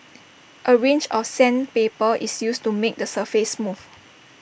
A range of sandpaper is used to make the surface smooth